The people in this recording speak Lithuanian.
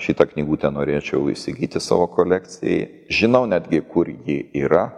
šitą knygutę norėčiau įsigyti savo kolekcijai žinau netgi kur ji yra